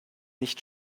nicht